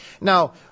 Now